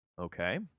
Okay